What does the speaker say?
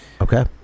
Okay